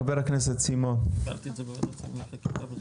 חבר הכנסת סימון, בבקשה.